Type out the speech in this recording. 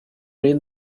read